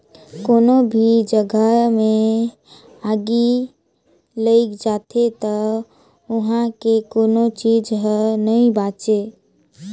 कोनो भी जघा मे आगि लइग जाथे त उहां के कोनो चीच हर नइ बांचे